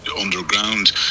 underground